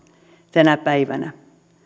tänä päivänä